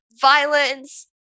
violence